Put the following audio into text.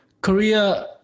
Korea